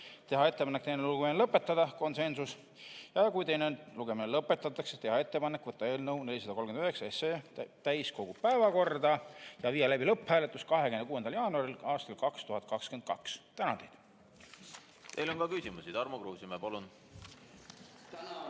teha ettepanek teine lugemine lõpetada (konsensus) ja kui teine lugemine lõpetatakse, teha ettepanek võtta eelnõu 439 täiskogu päevakorda ja viia läbi lõpphääletus 26. jaanuaril aastal 2022. Tänan! Teile on ka küsimusi. Tarmo Kruusimäe, palun! Tänan,